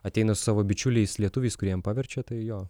ateina su savo bičiuliais lietuviais kurie jiem paverčia tai jo